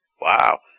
Wow